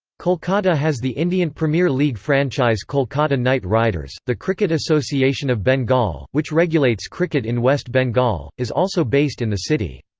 kolkata has the indian premier league franchise kolkata knight riders the cricket association of bengal, which regulates cricket in west bengal, is also based in the city.